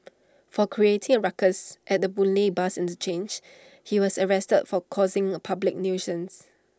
for creating A ruckus at the boon lay bus interchange he was arrested for causing A public nuisance